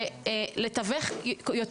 ובכמה שיותר תיווך,